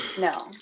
no